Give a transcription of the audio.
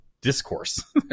discourse